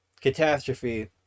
catastrophe